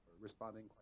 responding